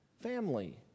family